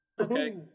Okay